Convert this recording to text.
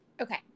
Okay